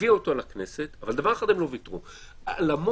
הביאה אותו לכנסת, אבל על דבר אחד הם לא ויתרו.